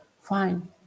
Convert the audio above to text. fine